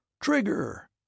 Trigger